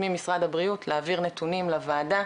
ממשרד הבריאות להעביר נתונים לוועדה,